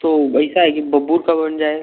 तो ऐसा है कि बबूल का बन जाए